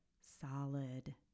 solid